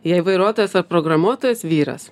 jei vairuotojas ar programuotojas vyras